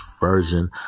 version